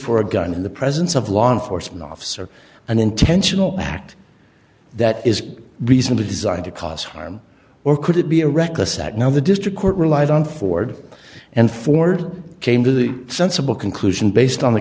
for a gun in the presence of law enforcement officer an intentional act that is reasonably designed to cause harm or could it be a reckless act now the district court relied on ford and ford came to the sensible conclusion based on the